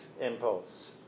impulse